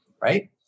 Right